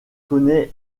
connaît